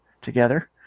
together